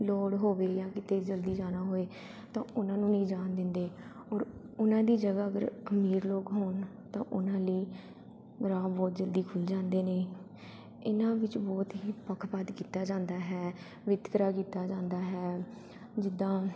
ਲੋੜ ਹੋਵੇ ਜਾਂ ਕਿਤੇ ਜਲਦੀ ਜਾਣਾ ਹੋਵੇ ਤਾਂ ਉਹਨਾਂ ਨੂੰ ਨਹੀਂ ਜਾਣ ਦਿੰਦੇ ਔਰ ਉਹਨਾਂ ਦੀ ਜਗ੍ਹਾ ਅਗਰ ਅਮੀਰ ਲੋਕ ਹੋਣ ਤਾਂ ਉਹਨਾਂ ਲਈ ਰਾਹ ਬਹੁਤ ਜਲਦੀ ਖੁੱਲ੍ਹ ਜਾਂਦੇ ਨੇ ਇਹਨਾਂ ਵਿੱਚ ਬਹੁਤ ਹੀ ਪੱਖਪਾਤ ਕੀਤਾ ਜਾਂਦਾ ਹੈ ਵਿਤਕਰਾ ਕੀਤਾ ਜਾਂਦਾ ਹੈ ਜਿੱਦਾਂ